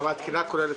מה תהיה התקינה הכוללת?